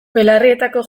belarrietako